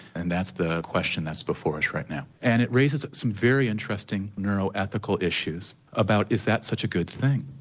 and that's the question that's before us right now. and it raises some very interesting neural ethical issues about whether that's such a good thing.